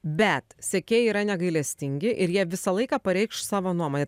bet sekėjai yra negailestingi ir jie visą laiką pareikš savo nuomonę